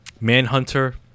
Manhunter